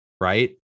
Right